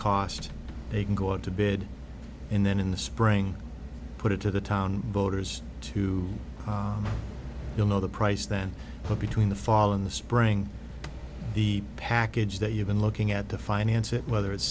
cost they can go to bed and then in the spring put it to the town voters to you'll know the price then put between the fall in the spring the package that you've been looking at to finance it whether it's